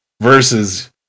versus